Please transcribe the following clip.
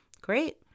Great